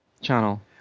channel